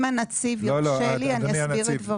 אם הנציב ירשה לי אני אסביר את דבריי.